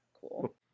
cool